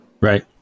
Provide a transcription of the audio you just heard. right